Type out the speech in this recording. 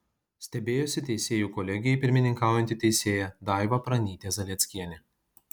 stebėjosi teisėjų kolegijai pirmininkaujanti teisėja daiva pranytė zalieckienė